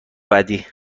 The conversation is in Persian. بعدی